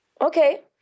okay